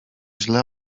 źle